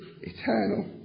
eternal